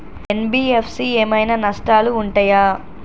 NBFC ఏమైనా నష్టాలు ఉంటయా?